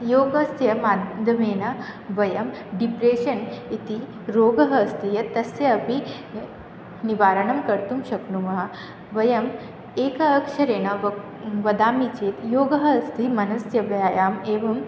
योगस्य माध्यमेन वयं डिप्रेशन् इति रोगः अस्ति यत् तस्य अपि निवारणं कर्तुं शक्नुमः वयम् एक अक्षरेण वक् वदामि चेत् योगः अस्ति मनसः व्यायामः एवं